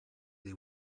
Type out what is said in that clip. they